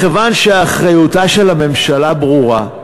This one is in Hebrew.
מכיוון שאחריותה של הממשלה ברורה,